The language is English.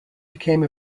became